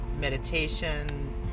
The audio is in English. meditation